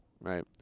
right